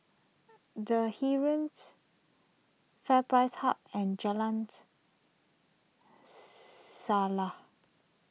the Heeren's FairPrice Hub and Jalan's Selaseh